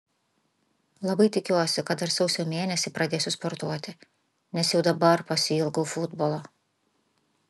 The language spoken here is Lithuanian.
labai tikiuosi kad dar sausio mėnesį pradėsiu sportuoti nes jau dabar pasiilgau futbolo